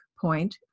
Point